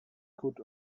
could